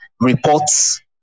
reports